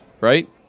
right